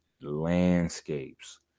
landscapes